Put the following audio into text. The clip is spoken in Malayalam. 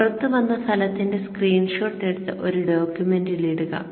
പുറത്തു വന്ന ഫലത്തിന്റെ സ്ക്രീൻ ഷോട്ട് എടുത്ത് ഒരു ഡോക്യുമെന്റിൽ ഇടുക